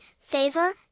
favor